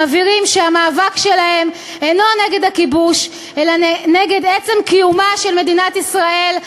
מבהירים שהמאבק שלהם אינו נגד הכיבוש אלא נגד עצם קיומה של מדינת ישראל.